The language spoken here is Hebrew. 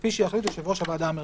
כפי שיחליט יושב ראש הוועדה המרכזית".